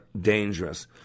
dangerous